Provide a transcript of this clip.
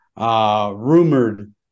rumored